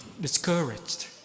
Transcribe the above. discouraged